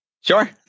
Sure